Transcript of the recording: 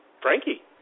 Frankie